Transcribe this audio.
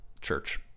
church